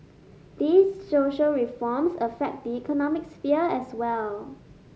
these social reforms affect the economic sphere as well